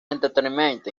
entertainment